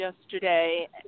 yesterday